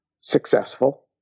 successful